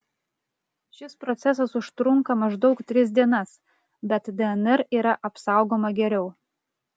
šis procesas užtrunka maždaug tris dienas bet dnr yra apsaugoma geriau